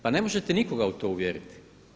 Pa ne možete nikoga u to uvjeriti.